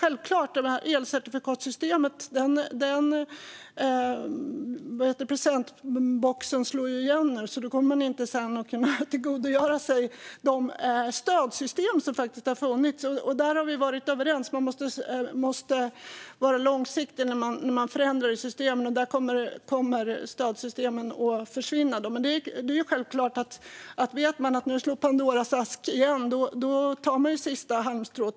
Den presentbox som elcertifikatssystemet har inneburit slår nu igen, och då kan man inte senare tillgodogöra sig de stödsystem som har funnits. Vi har varit överens om att man måste se långsiktigt vid förändringar i systemen. Där kommer stödsystemen att försvinna. Nu stängs presentboxen, och då tar man till sista halmstrået.